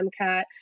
MCAT